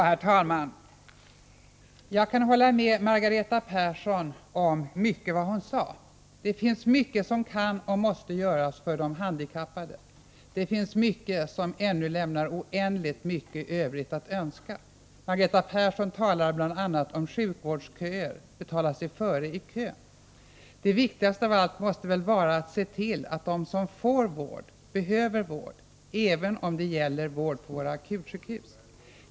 Herr talman! Jag kan hålla med om mycket av vad Margareta Persson sade. Det finns mycket som kan och måste göras för de handikappade — många förhållanden lämnar mycket övrigt att önska. Margareta Persson talar bl.a. om sjukvårdsköer och om att betala sig före i kön. Det viktigaste av allt måste väl vara att se till att de som behöver vård får vård, även om det gäller vård eller behandlingar på våra akutsjukhus.